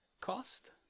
cost